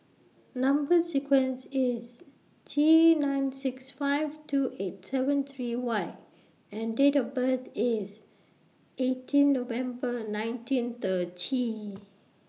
Number sequence IS T nine six five two eight seven three Y and Date of birth IS eighteen November nineteen thirty